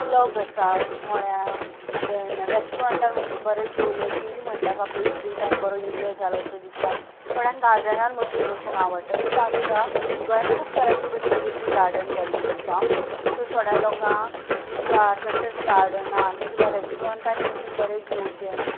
club आसा थोड्यांक धेन रॅस्टुरंटान वचून बरे जेवले की म्हणटा आपलो फ्री टायम बरो इन्जॉय जालो अशें दिसता थोड्यांक गार्डनांत वचून बसूंक आवडटा तशेंच आमच्या गोंयांत खूब तरांचीं बरीं बरीं अशीं गार्डन्स जाल्लीं आसा तशेंच थोड्या लोकांक बीचार तशेंच गार्डनांत किंवां रॅस्टुरंटांनी वचून बरें जेवचें